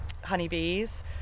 honeybees